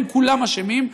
הם כולם אשמים.